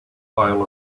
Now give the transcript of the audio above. isle